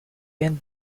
end